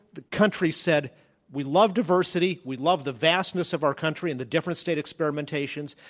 the country said we love diversity, we love the vastness of our country and the different state experimentations,